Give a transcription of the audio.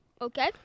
Okay